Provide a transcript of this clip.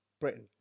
Britain